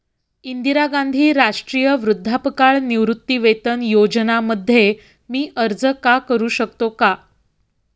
इंदिरा गांधी राष्ट्रीय वृद्धापकाळ निवृत्तीवेतन योजना मध्ये मी अर्ज का करू शकतो का?